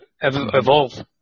evolve